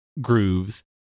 grooves